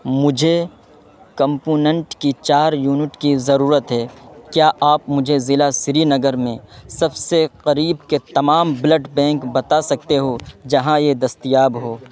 مجھے کمپوننٹ کی چار یونٹ کی ضرورت ہے کیا آپ مجھے ضلع شری نگر میں سب سے قریب کے تمام بلڈ بینک بتا سکتے ہو جہاں یہ دستیاب ہو